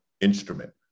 instrument